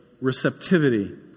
receptivity